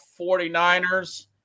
49ers